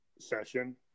session